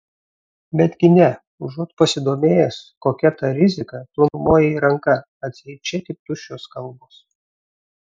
betgi ne užuot pasidomėjęs kokia ta rizika tu numojai ranka atseit čia tik tuščios kalbos